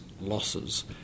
losses